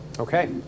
Okay